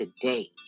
today